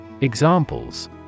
Examples